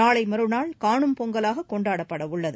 நாளை மறுநாள் காணும் பொங்கலாக கொண்டாடப்பட உள்ளது